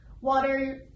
water